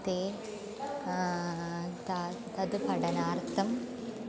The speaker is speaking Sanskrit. ते तद् तद् पठनार्थं